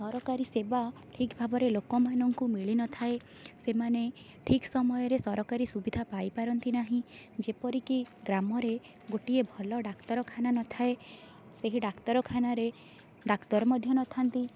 ସରକାରୀ ସେବା ଠିକ୍ ଭାବରେ ଲୋକମାନଙ୍କୁ ମିଳିନଥାଏ ସେମାନେ ଠିକ୍ ସମୟରେ ସରକାରୀ ସୁବିଧା ପାଇପାରନ୍ତିନାହିଁ ଯେପରିକି ଗ୍ରାମରେ ଗୋଟିଏ ଭଲ ଡ଼ାକ୍ତରଖାନା ନଥାଏ ସେହି ଡ଼ାକ୍ତରଖାନାରେ ଡ଼ାକ୍ତର ମଧ୍ୟ ନଥାନ୍ତି